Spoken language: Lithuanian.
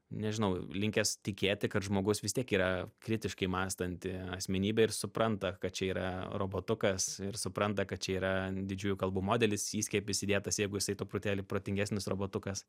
nežinau linkęs tikėti kad žmogus vis tiek yra kritiškai mąstanti asmenybė ir supranta kad čia yra robotukas ir supranta kad čia yra didžiųjų kalbų modelis įskiepis įdėtas jeigu jisai truputėlį protingesnis robotukas